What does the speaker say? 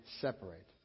separate